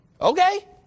Okay